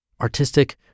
artistic